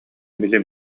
били